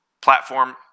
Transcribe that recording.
platform